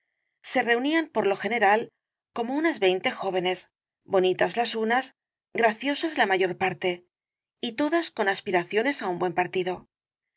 se reunían por lo general como unas veinte jóvenes bonitas las unas graciosas la mayor parte y todas con aspiraciones á un buen partido